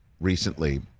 recently